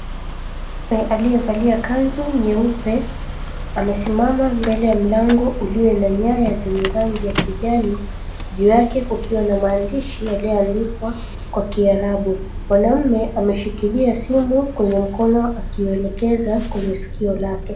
Aliyevalia kanzu nyeupe amesimama mbele ya mlango ulio na nyaya zenye rangi ya kijani, juu yake kukiwa na maandishi yaliyoandikwa kwa kiarabu. Mwanaume ameshikilia simu kwenye mkono akiuelekeza kwenye sikio lake.